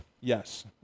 Yes